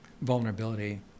vulnerability